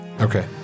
Okay